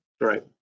right